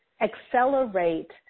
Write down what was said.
accelerate